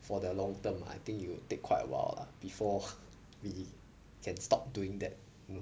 for the long term ah I think it will take quite a while lah before we can stop doing that